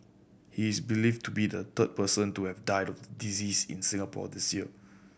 he is believed to be the third person to have died of disease in Singapore this year